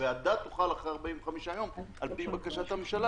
שהוועדה תוכל אחרי 45 יום על פי בקשת הממשלה